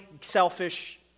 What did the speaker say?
selfish